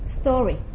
story